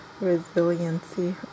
resiliency